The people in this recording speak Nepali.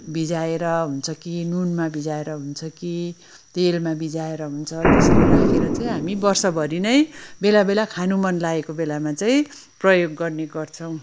भिजाएर हुन्छ कि नुनमा भिजाएर हुन्छ कि तेलमा भिजाएर हुन्छ त्यसरी राखेर चाहिँ हामी वर्षभरि नै बेला बेला खानु मनलागेको बेलामा चाहिँ प्रयोग गर्ने गर्छौँ